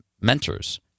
mentors